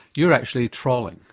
you're actually trawling.